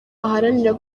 aharanira